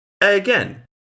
Again